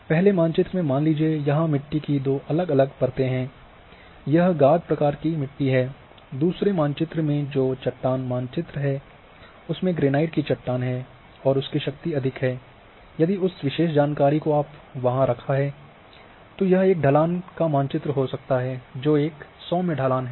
पहले मानचित्र में मान लीजिये यहाँ मिट्टी की दो अलग अलग परतें हैं यह गाद प्रकार की मिट्टी है दूसरे मानचित्र में जो चट्टान मानचित्र है उसमे ग्रेनाइट की चट्टान है और उसकी शक्ति अधिक है यदि उस विशेष जानकारी को आपने वहां रखा है तो यह एक ढलान का मानचित्र हो सकता है जो एक सौम्य ढलान है